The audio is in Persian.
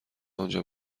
آنجا